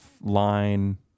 line